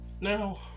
Now